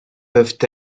peuvent